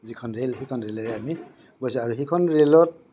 যিখন ৰেল সিখন ৰেলেৰে আমি গৈছোঁ আৰু আমি সেইখন ৰেলত